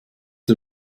der